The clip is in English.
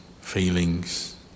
feelings